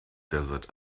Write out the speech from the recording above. desert